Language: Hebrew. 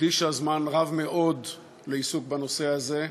הקדישה זמן רב מאוד לעיסוק בנושא הזה,